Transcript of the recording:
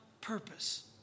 purpose